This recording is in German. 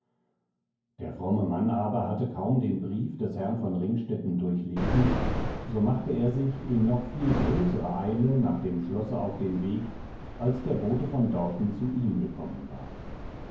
der fromme mann aber hatte kaum den brief des herrn von ringstetten durchlesen so machte er sich in noch viel größerer eile nach dem schlosse auf den weg als der bote von dorten zu ihm gekommen war